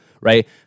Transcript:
Right